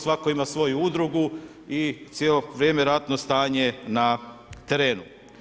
Svatko ima svoju udrugu i cijelo vrijeme ratno stanje na terenu.